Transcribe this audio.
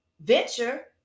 venture